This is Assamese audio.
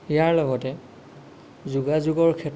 ইয়াৰ লগতে যোগাযোগৰ ক্ষেত্ৰত